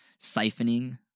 siphoning